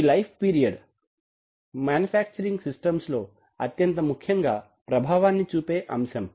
ఈ life period జీవన ప్రమాణము మాన్యుఫ్యాక్చరింగ్ సిస్టమ్స్ లో అత్యంత ముఖ్యంగా ప్రభావాన్ని చూపే అంశం